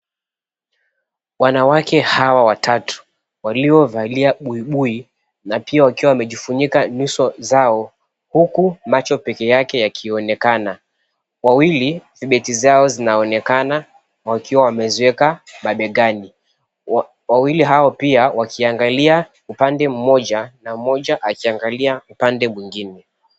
Wanawake hawa watatu waliovalia buibui na pia wakiwa wamejifunika nyuso zao huku macho peke yake yakionekana. Wawili vibeti zao zinaonekana wakiwa wameziweka mabegani. Wawili hao pia wakiangalia upande mmoja na mmoja akiangalia upande mwingine.